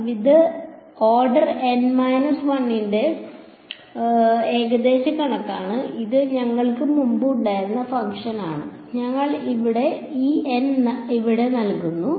ഇത് order N 1 ന്റെ ഏകദേശ കണക്കാണ് അത് ഞങ്ങൾക്ക് മുമ്പ് ഉണ്ടായിരുന്ന ഫംഗ്ഷനാണ് ഞങ്ങൾ ഈ N ഇവിടെ ഇടും